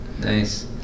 Nice